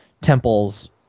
Temple's